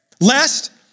lest